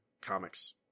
comics